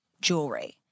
jewelry